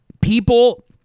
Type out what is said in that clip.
People